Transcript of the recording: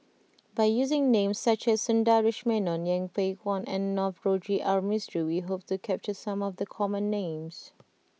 by using names such as Sundaresh Menon Yeng Pway Ngon and Navroji R Mistri we hope to capture some of the common names